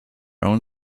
own